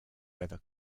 weather